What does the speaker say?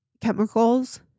chemicals